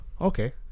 Okay